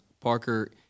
Parker